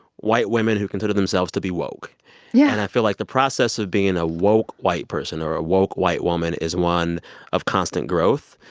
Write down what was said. white women who consider themselves to be woke yeah and i feel like the process of being a woke white person or a woke white woman is one of constant growth,